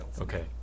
Okay